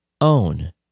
own